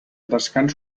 descans